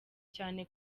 cyane